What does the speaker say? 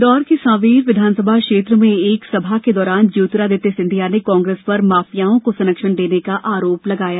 इंदौर के सावेर विधानसभा क्षेत्र में एक सभा के दौरान ज्योतिरादित्य सिंधिया ने पर माफियाओं को संरक्षण देने का आरोप लगाया